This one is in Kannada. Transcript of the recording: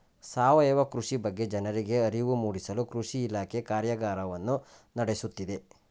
ಸಾವಯವ ಕೃಷಿ ಬಗ್ಗೆ ಜನರಿಗೆ ಅರಿವು ಮೂಡಿಸಲು ಕೃಷಿ ಇಲಾಖೆ ಕಾರ್ಯಗಾರವನ್ನು ನಡೆಸುತ್ತಿದೆ